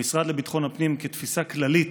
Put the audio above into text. המשרד לביטחון הפנים, כתפיסה כללית,